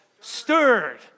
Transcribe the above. stirred